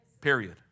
Period